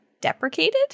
deprecated